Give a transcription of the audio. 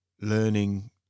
learning